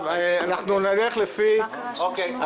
אנחנו נלך לפי --- אוקיי.